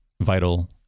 vital